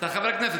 אתה חבר כנסת,